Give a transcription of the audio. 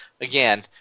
again